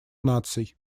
наций